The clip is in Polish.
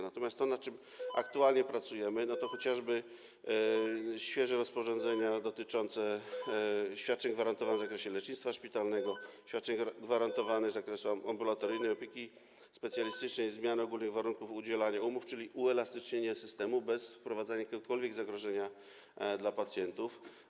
Natomiast to, nad czym aktualnie pracujemy, to chociażby świeże rozporządzenia dotyczące świadczeń gwarantowanych w zakresie lecznictwa szpitalnego, świadczeń gwarantowanych w zakresie ambulatoryjnej opieki specjalistycznej, zmian ogólnych warunków zawierania umów, czyli uelastycznienie systemu bez wprowadzania jakiegokolwiek zagrożenia dla pacjentów.